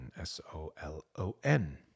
S-O-L-O-N